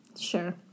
sure